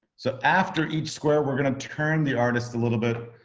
so after each square, we're gonna turn the artists a little bit.